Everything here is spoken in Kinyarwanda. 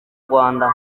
rwanda